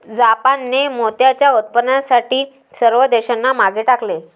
जापानने मोत्याच्या उत्पादनातील सर्व देशांना मागे टाकले